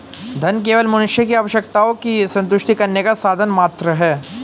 धन केवल मनुष्य की आवश्यकताओं की संतुष्टि करने का साधन मात्र है